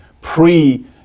pre